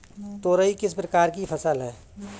तोरई किस प्रकार की फसल है?